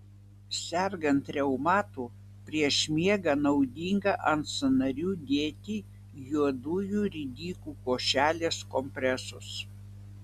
sergant reumatu prieš miegą naudinga ant sąnarių dėti juodųjų ridikų košelės kompresus